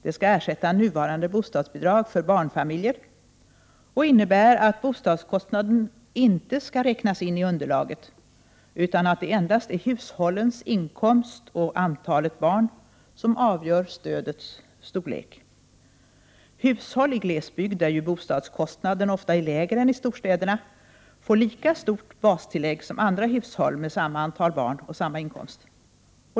Det skall ersätta nuvarande bostadsbidrag för barnfamiljer och innebär att bostadskostnaden inte skall räknas in i underlaget, utan att det endast är hushållens inkomst och antalet barn som avgör stödets storlek. Hushåll i glesbygd — där ju bostadskostnaden oftast är lägre än i storstäderna — får lika stort bastillägg som andra hushåll med samma antal barn och samma inkomst.